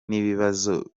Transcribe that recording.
n’ikibazo